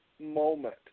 moment